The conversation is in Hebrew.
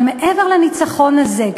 אבל מעבר לניצחון הזה,